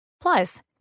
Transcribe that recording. Plus